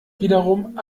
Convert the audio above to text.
wiederum